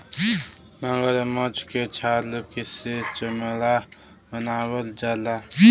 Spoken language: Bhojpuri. मगरमच्छ के छाल से चमड़ा बनावल जाला